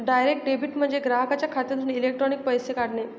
direct debit म्हणजे ग्राहकाच्या खात्यातून इलेक्ट्रॉनिक पैसे काढणे